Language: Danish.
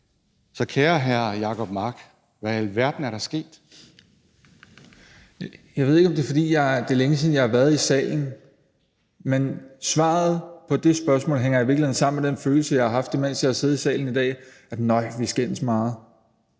Så, kære hr. Jacob Mark, hvad i alverden er der sket? Kl. 14:22 Jacob Mark (SF): Jeg ved ikke, om det er, fordi det er længe siden, jeg har været i salen, men svaret på det spørgsmål hænger jo i virkeligheden sammen med den følelse, jeg har haft, imens jeg har siddet i salen i dag, altså at nej, hvor skændes vi meget,